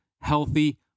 healthy